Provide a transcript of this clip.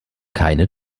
keine